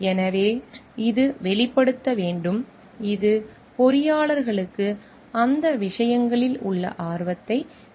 எனவே இது வெளிப்படுத்த வேண்டும் இது பொறியாளர்களுக்கு அந்த விஷயங்களில் உள்ள ஆர்வத்தை வெளிப்படுத்த வேண்டும்